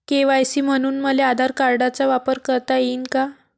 KYC म्हनून मले आधार कार्डाचा वापर करता येईन का?